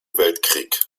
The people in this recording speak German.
weltkrieg